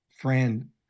friend